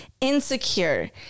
insecure